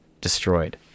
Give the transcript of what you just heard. destroyed